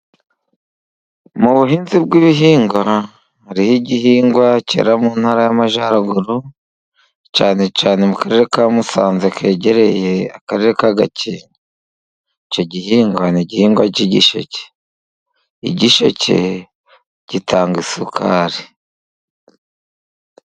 Mu buhinzi bw'ibihingwa, hariho igihingwa kera mu ntara y'Amajyaruguru, cyane cyane mu karere ka Musanze ,kegereye akarere ka Gakenke .Icyo gihingwa n'igihingwa cy'igisheke ,igisheke gitanga isukari.